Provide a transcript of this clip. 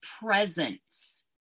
presence